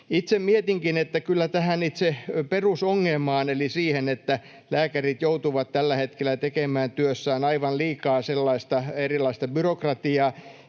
Itse mietinkin, että kyllä tähän itse perusongelmaan — eli siihen, että lääkärit joutuvat tällä hetkellä tekemään työssään aivan liikaa sellaista erilaista byrokratiaa,